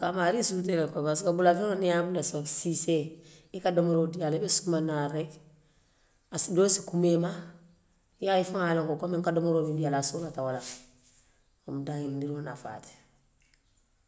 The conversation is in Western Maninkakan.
A ka a maarii suutee ko le parisek bulafeŋo, niŋ i ye a bula kosiisee i ka doofeŋo dii a la, i be sumaŋ na la rek a se doo se kuma i ma? I faŋo ye a loŋ ko n ka domoroo miŋ diyaa la asoolata wo le la, wo mu daañindiroo nafaa ti miŋ diyaa la.